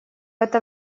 это